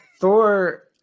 Thor